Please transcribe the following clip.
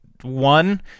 one